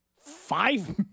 five